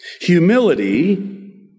Humility